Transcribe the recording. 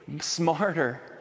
smarter